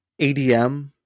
ADM